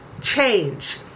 change